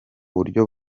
buryo